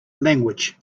language